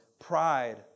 pride